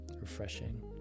Refreshing